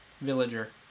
Villager